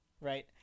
right